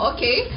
Okay